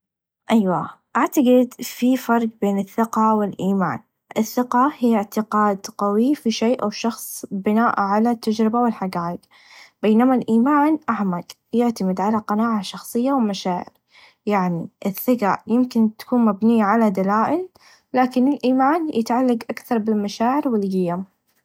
ايوا أعتقد في فرق بين الثقه و الايمان الثقه هى تقعد تقوي في الشئ و الشخص بناء على تچربه و الحقائق بينما الايمان اعمق يعتمد على قناعه شخصيه و مشاعر يعني الثقه يمكن تكون مبنيه على دلائل لاكن الايمان يتعلق اكثر بالمشاعر و الايام.